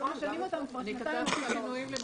שלא משנים אותם כבר שנתיים --- ודאי.